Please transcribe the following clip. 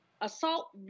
assault